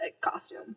Costume